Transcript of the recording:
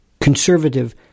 conservative